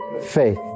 faith